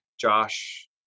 Josh